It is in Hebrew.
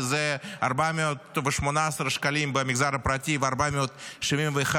שזה 418 שקלים במגזר הפרטי ו-471,